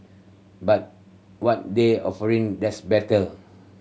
but what they offering that's better